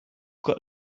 got